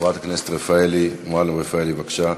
חברת הכנסת מועלם-רפאלי, בבקשה.